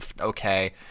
okay